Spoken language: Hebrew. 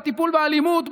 בטיפול באלימות,